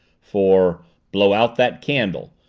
for blow out that candle!